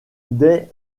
dès